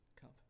cup